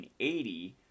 1980